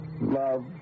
Love